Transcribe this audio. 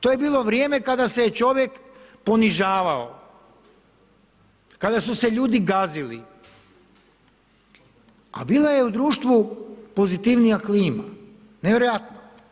To je bilo vrijeme kada se čovjek ponižavao, kada su se ljudi gazili, a bila je u društvu pozitivnija klima, nevjerojatno.